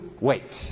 wait